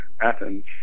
Athens